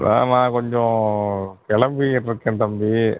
வேகமாக கொஞ்சம் கிளம்பிக்கிட்டு இருக்கேன் தம்பி